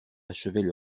achevaient